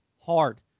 hard